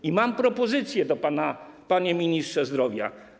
I mam propozycję do pana, panie ministrze zdrowia.